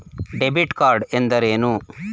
Debit card ಎಂದರೇನು?